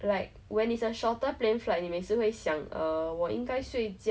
and I will reach when school ends it's a very strange thing